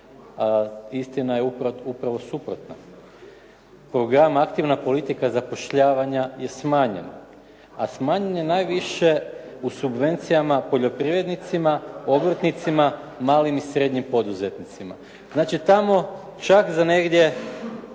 istina je upravo suprotna. Program aktivna politika zapošljavanja je smanjena, a smanjena je najviše u subvencijama poljoprivrednicima, obrtnicima, malim i srednjim poduzetnicima. Znači tamo čak za negdje